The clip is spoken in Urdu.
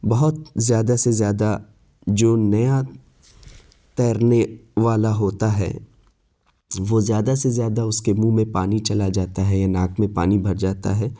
بہت زیادہ سے زیادہ جو نیا تیرنے والا ہوتا ہے وہ زیادہ سے زیادہ اس کے منہ میں پانی چلا جاتا ہے ناک میں پانی بھر جاتا ہے